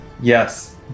yes